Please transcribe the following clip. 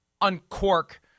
uncork